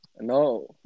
No